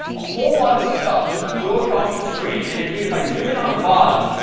a whole lot of stuff just flew across the screen, and indeed, if i zoom in on the bottom,